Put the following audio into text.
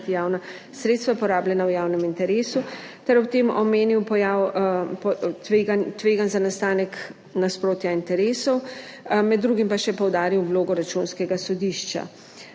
javna sredstva porabljena v javnem interesu ter ob tem omenil pojav tveganj za nastanek nasprotja interesov, med drugim pa še poudaril vlogo Računskega sodišča.